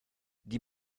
die